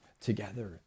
together